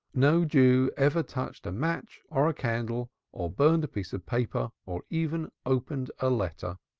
no jew ever touched a match or a candle or burnt a piece of paper, or even opened a letter.